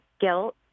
guilt